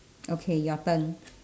okay your turn